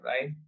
right